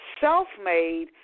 self-made